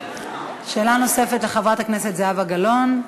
שאלה נוספת לחברת הכנסת זהבה גלאון,